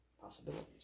possibilities